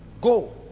go